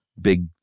Big